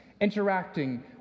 interacting